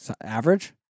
Average